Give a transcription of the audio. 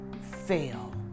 fail